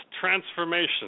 transformation